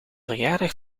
verjaardag